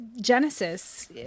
Genesis